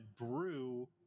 Brew